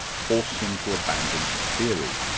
force him to abandon his theory.